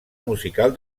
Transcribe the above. musical